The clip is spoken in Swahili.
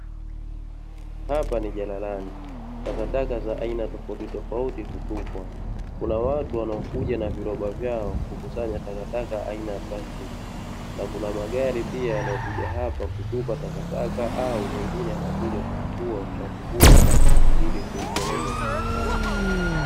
Hapa ni jalalani, takataka za aina tofautitofauti hutupwa, kuna watu wanaokuja na viroba vyao kukusanya takataka aina ya plastiki, na kuna magari pia yanayokuja hapo kutupa takataka au mengine yanakuja kuchukua uchafu huo wa plastiki ili kuupeleka kiwandani.